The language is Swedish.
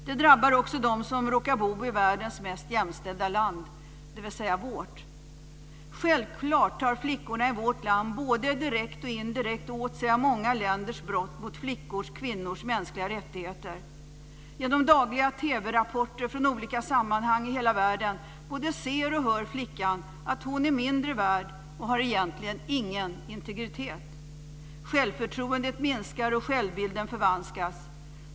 De drabbar också dem som råkar bo i världens mest jämställda land, dvs. vårt. Självklart tar flickorna i vårt land både direkt och indirekt åt sig av många länders brott mot flickors eller kvinnors mänskliga rättigheter. Genom dagliga TV-rapporter från olika sammanhang i hela världen både ser och hör flickan att hon är mindre värd och egentligen inte har någon integritet. Självförtroendet minskar, och självbilden förvanskas.